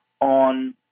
on